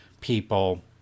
people